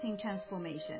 transformation